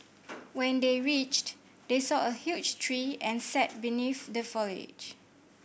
when they reached they saw a huge tree and sat beneath the foliage